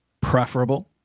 preferable